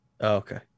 okay